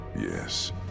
Yes